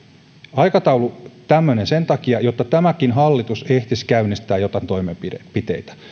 aikataulu on tämmöinen sen takia että tämäkin hallitus ehtisi käynnistää joitain toimenpiteitä